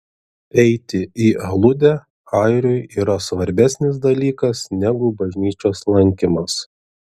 eiti į aludę airiui yra svarbesnis dalykas negu bažnyčios lankymas